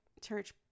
church